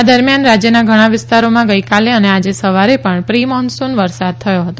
આ દરમિયાન રાજ્યના ઘણા વિસ્તારોમાં ગઇકાલે અને આજે સવારે પણ પ્રિ મોનસુન વરસાદ થયો હતો